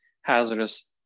hazardous